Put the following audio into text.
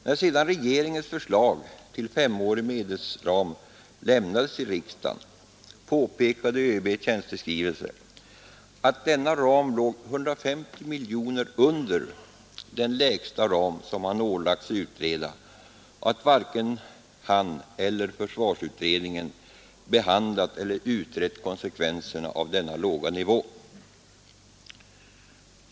När sedan regeringens förslag till femårig medelsram överlämnades till riksdagen påpekade ÖB i tjänsteskrivelse att denna ram låg 150 miljoner kronor under den lägsta ram som han ålagts utreda och att varken ÖB eller försvarsutredningen behandlat eller utrett konsekvenserna av denna låga nivå.